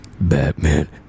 Batman